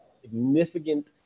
Significant